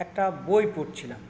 একটা বই পড়ছিলাম